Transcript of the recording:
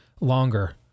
longer